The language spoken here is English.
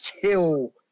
kill